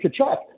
Kachuk